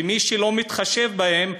ומי שלא מתחשב בהם,